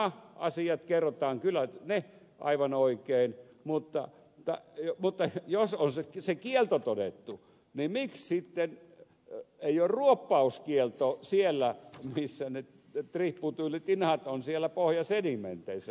ne asiat kerrotaan kyllä aivan oikein mutta jos on se kielto todettu niin miksi sitten ei ole ruoppauskieltoa siellä missä ne tributyylitinat ovat siellä pohjasedimenteissä